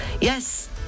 Yes